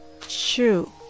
True